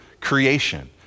creation